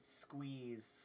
squeeze